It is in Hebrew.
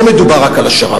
לא מדובר רק על השר"פים.